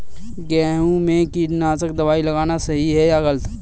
गेहूँ में कीटनाशक दबाई लगाना सही है या गलत?